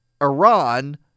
Iran